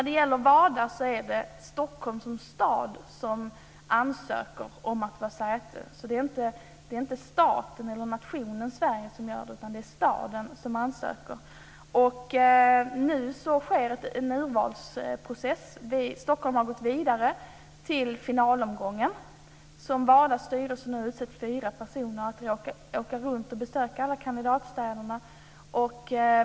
Det är Stockholm som stad som ansöker om att få vara säte för WADA. Det är alltså inte staten eller nationen Sverige som ansöker. Nu sker det en urvalsprocess. Stockholm har gått vidare till finalomgången. WADA:s styrelse har utsett fyra personer som ska åka runt och besöka alla kandidatstäder.